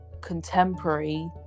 contemporary